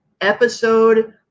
episode